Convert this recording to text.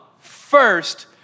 First